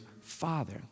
father